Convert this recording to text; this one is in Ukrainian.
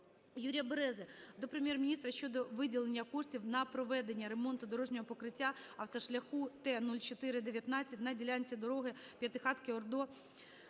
Юрія Берези до Прем'єр-міністра щодо виділення коштів на проведення ремонту дорожнього покриття автошляху Т0419 на ділянці дороги П'ятихатки-Ордо-Василівка